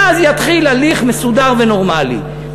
ואז יתחיל הליך מסודר ונורמלי.